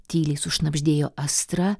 tyliai sušnabždėjo astra